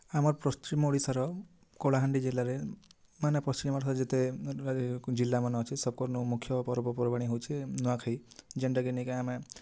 ଆମର ପଶ୍ଚିମ ଓଡ଼ିଶା ର କଳାହାଣ୍ଡି ଜିଲ୍ଲା ରେ ମାନେ ପଶ୍ଚିମ ଓଡ଼ିଶା ଯେତେ ଜିଲ୍ଲା ମାନେ ଅଛି ସବକ ନୁ ମୁଖ୍ୟ ପର୍ବପର୍ବାଣି ହଉଛେ ନୂଆଖାଇ ଯେନ୍ତା କି ନିକା ଆମେ